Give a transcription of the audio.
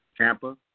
Tampa